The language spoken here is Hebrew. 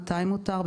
מתי מותר,